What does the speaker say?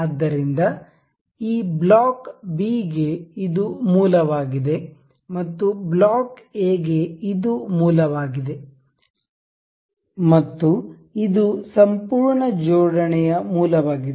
ಆದ್ದರಿಂದ ಈ block B ಗೆ ಇದು ಮೂಲವಾಗಿದೆ ಇದು ಬ್ಲಾಕ್ A ಗೆ ಇದು ಮೂಲ ವಾಗಿದೆ ಮತ್ತು ಇದು ಸಂಪೂರ್ಣ ಜೋಡಣೆಯ ಮೂಲ ವಾಗಿದೆ